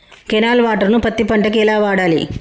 Canal water ను పత్తి పంట కి ఎలా వాడాలి?